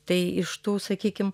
tai iš tų sakykim